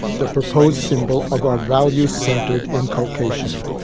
the proposed symbol of our values-centred inculcation.